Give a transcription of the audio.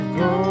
go